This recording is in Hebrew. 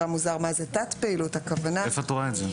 מוזר מה זה "תת פעילות" -- איפה את רואה את זה?